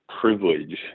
privilege